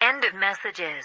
end of messages